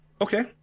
Okay